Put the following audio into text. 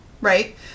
Right